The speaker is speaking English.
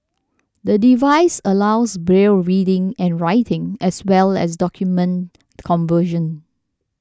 the device allows Braille reading and writing as well as document conversion